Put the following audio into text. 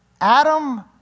Adam